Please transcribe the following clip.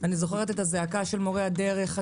אני זוכרת את הזעקה של מורי הדרך.